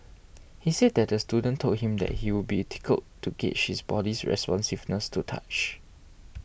he said that the student told him that he would be tickled to gauge his body's responsiveness to touch